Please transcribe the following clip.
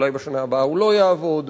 אולי בשנה הבאה הוא לא יעבוד,